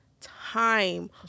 time